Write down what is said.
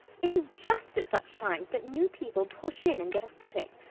it is just at such times that new people push in and get a footing.